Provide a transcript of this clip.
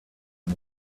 and